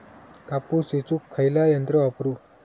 कापूस येचुक खयला यंत्र वापरू?